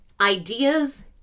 ideas